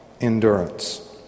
endurance